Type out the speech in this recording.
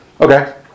Okay